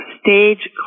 Stage